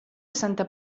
santa